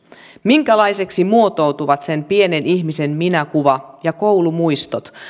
minkälaisiksi muotoutuvat sen pienen ihmisen minäkuva ja koulumuistot